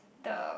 the